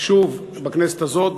שוב בכנסת הזאת,